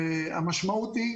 המשמעות היא,